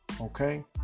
okay